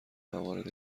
موارد